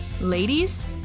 Ladies